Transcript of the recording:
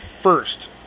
first